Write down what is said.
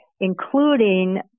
including